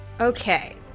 Okay